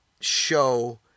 show